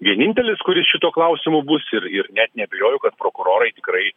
vienintelis kuris šituo klausimu bus ir ir net neabejoju kad prokurorai tikrai